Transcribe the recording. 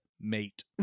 mate